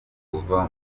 kuva